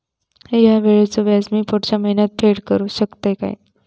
हया वेळीचे व्याज मी पुढच्या महिन्यात फेड करू शकतय काय?